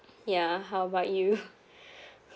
ya how about you